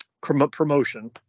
promotion